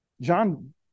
John